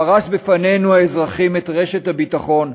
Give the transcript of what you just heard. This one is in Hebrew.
ופרס בפנינו האזרחים את רשת הביטחון,